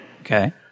Okay